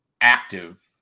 active